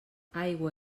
aigua